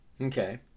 Okay